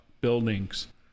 buildings